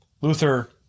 Luther